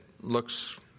looks